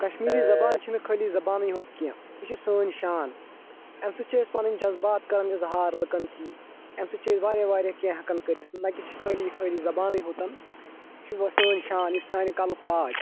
کَشمیٖری زَبان چھَنہٕ خٲلٕے زَبانٕے یوٚت کیٚنٛہہ یہِ چھِ سٲنۍ شان اَمہِ سٍتۍ چھِ اَسہِ پَنٕنۍ جذبات کَران اِظہار لوٗکَن تھٕے اَمہِ سٍتۍ چھِ أسۍ وارِیاہ وارِیاہ کیٚنٛہہ ہیٚکان کٔرِتھ نہَ کہِ چھِ خٲلی خٲلی زَبانٕے یوٚت یہِ چھِ سٲنۍ شان یہِ چھِ سانہِ کَلُک تاج